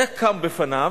היה קם בפניו.